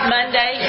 Monday